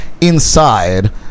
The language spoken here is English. Inside